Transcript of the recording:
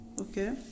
okay